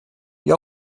die